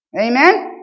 Amen